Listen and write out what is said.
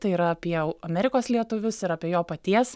tai yra apie amerikos lietuvius ir apie jo paties